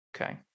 Okay